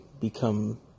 become